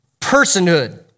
personhood